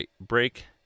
break